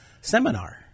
seminar